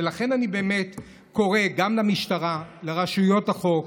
ולכן אני באמת קורא גם למשטרה, לרשויות החוק.